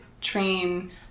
train